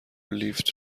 لیفت